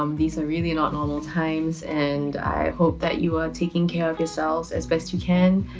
um these are really not normal times and i hope that you are taking care of yourselves as best you can.